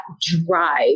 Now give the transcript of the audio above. drive